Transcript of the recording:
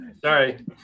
Sorry